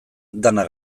dena